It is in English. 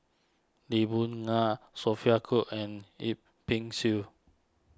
Lee Boon Ngan Sophia Cooke and Yip Pin Xiu